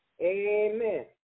Amen